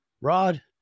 Rod